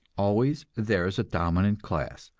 always there is a dominant class,